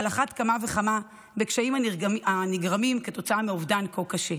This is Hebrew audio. על אחת כמה וכמה קשיים הנגרמים כתוצאה מאובדן כה קשה.